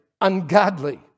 ungodly